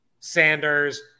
sanders